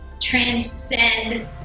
transcend